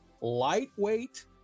lightweight